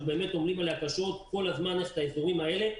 באמת עמלים עליה קשות כל הזמן סביב האזורים האלה,